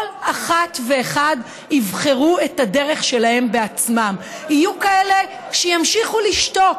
כל אחת ואחד יבחרו את הדרך שלהם בעצמם: יהיו כאלה שימשיכו לשתוק,